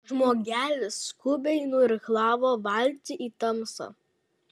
žmogelis skubiai nuirklavo valtį į tamsą